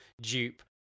dupe